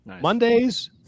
Mondays